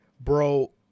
Bro